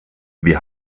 wir